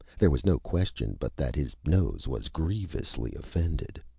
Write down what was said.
there was no question but that his nose was grievously offended.